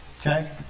Okay